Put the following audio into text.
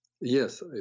yes